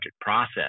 process